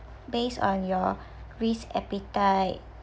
based on your risk appetite